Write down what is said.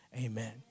Amen